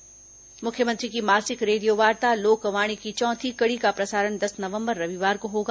लोकवाणी मुख्यमंत्री की मासिक रेडियोवार्ता लोकवाणी की चौथी कड़ी का प्रसारण दस नवम्बर रविवार को होगा